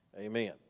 amen